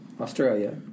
Australia